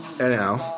anyhow